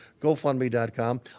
GoFundMe.com